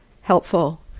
helpful